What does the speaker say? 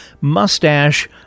mustache